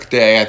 day